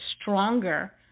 stronger